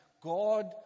God